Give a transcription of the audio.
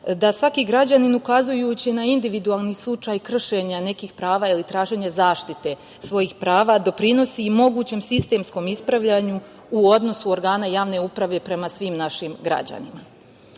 da svaki građanin ukazujući na individualni slučaj kršenja nekih prava ili traženje zaštite svojih prava doprinosi i mogućem sistemskom ispravljanju u odnosu organa javne uprave prema svim našim građanima. Ljudska